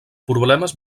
problemes